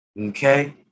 Okay